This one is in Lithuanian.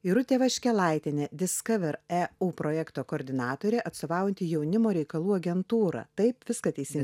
irutė vaškelaitienė diskaver eu projekto koordinatorė atstovaujanti jaunimo reikalų agentūrą taip viską teisingai